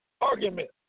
argument